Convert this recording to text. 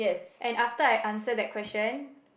and after I answer that question